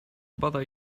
bother